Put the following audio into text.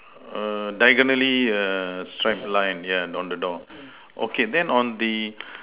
err diagonally err striped line yeah on the door okay then on the